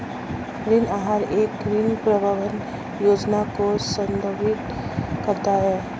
ऋण आहार एक ऋण प्रबंधन योजना को संदर्भित करता है